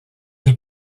the